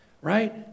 right